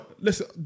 Listen